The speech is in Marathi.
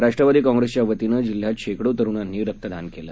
राष्ट्रवादी काँप्रेसच्या वतीनं जिल्ह्यात शेकडो तरुणांनी रक्तदान केलं